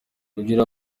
kugira